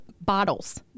bottles